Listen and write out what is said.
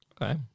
Okay